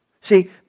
See